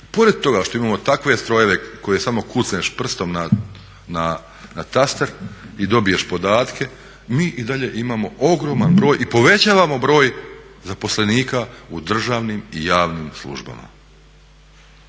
pored toga što imamo takve strojeve koje samo kucneš prstom na taster i dobiješ podatke mi i dalje imamo ogroman broj i povećavamo broj zaposlenika u državnim i javnim službama.